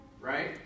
Right